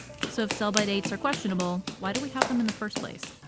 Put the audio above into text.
so if sell-by dates are questionable, why do we have them in the first place?